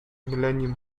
millennium